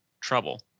trouble